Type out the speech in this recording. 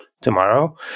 tomorrow